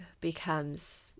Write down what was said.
becomes